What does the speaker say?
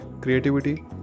creativity